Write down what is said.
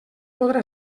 podrà